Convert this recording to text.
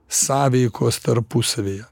sąveikos tarpusavyje